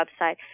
website